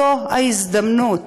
זו ההזדמנות